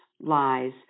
lies